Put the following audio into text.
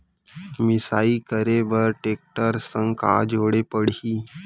मिसाई करे बर टेकटर संग का जोड़े पड़ही?